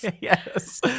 Yes